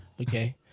Okay